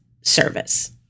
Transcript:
service